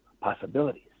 possibilities